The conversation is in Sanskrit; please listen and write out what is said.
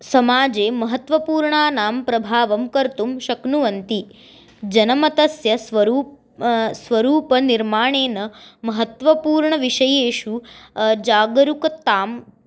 समाजे महत्त्वपूर्णानां प्रभावं कर्तुं शक्नुवन्ति जनमतस्य स्वरू स्वरूपनिर्माणेन महत्त्वपूर्णविषयेषु जागरूकतां